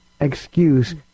excuse